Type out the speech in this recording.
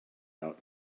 out